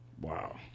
wow